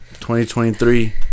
2023